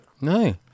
No